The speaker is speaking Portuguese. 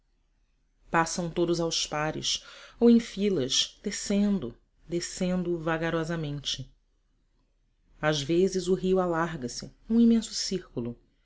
passam todos aos pares ou em filas descendo descendo vagarosamente às vezes o rio alarga se num imenso círculo